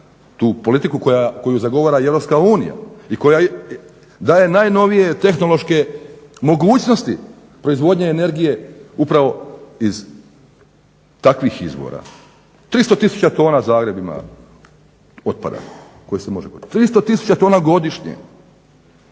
tu politiku koju zagovara i Europska unija i koja daje najnovije tehnološke mogućnosti proizvodnje energije upravo iz takvih izvora. 300 000 tona Zagreb ima otpada koji se može …/Ne razumije se./…, 300 000 tona godišnje.